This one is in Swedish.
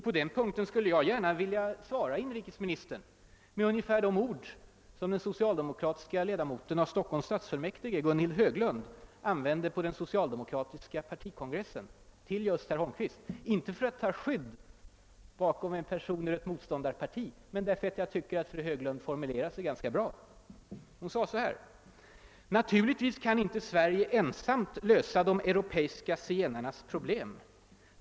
På den punkten skulle jag gärna vilja svara inrikesministern med de ord som den socialdemokratiska ledamoten av Stockholms = stadsfullmäktige fröken Gunhild Höglund använde på den socialdemokratiska partikongressen. De var också riktade till herr Holmqvist. Jag gör det inte för att ta skydd bakom en person ur ett annat parti utan därför att jag tycker att fröken Höglund formulerade saken ganska bra: >Naturligtvis kan inte Sverige ensamt lösa de europeiska zigenarnas problem.